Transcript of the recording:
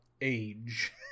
age